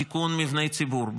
תיקון מבני ציבור,